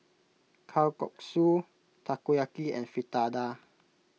Kalguksu Takoyaki and Fritada